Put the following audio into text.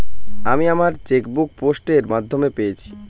আমি আমার chequebook post এর মাধ্যমে পেয়েছি